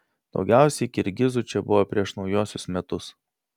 daugiausiai kirgizių čia buvo prieš naujuosius metus